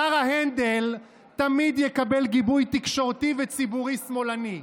שר ההנדל תמיד יקבל גיבוי תקשורתי וציבורי שמאלני.